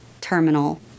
terminal